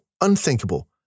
unthinkable